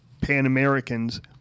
Pan-Americans